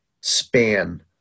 span